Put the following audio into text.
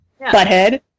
Butthead